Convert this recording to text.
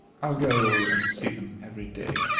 i'll go and see them every day.